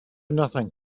nothing